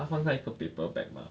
他放在一个 paper bag mah